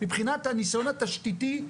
מבחינת הניסיון התשתיתי,